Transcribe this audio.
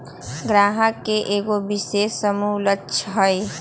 गाहक के एगो विशेष समूह लक्ष हई